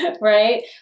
Right